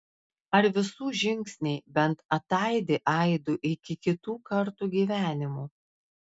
ar visų žingsniai bent ataidi aidu iki kitų kartų gyvenimų